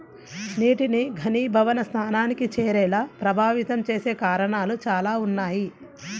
నీటిని ఘనీభవన స్థానానికి చేరేలా ప్రభావితం చేసే కారణాలు చాలా ఉన్నాయి